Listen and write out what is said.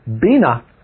bina